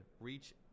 reach